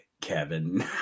Kevin